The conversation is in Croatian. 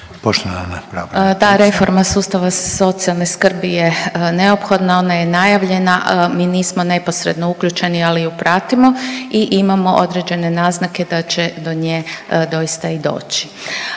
Ta reforma sustava socijalne skrbi je neophodna, ona je najavljena. Mi nismo neposredno uključeni, ali ju pratimo i imamo određene naznake da će do nje doista i doći.